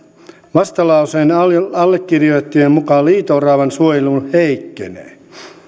vastalauseen allekirjoittajien mukaan liito oravan suojelu heikkenee